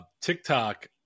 TikTok